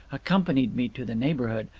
accompanied me to the neighbourhood,